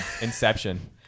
Inception